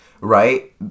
right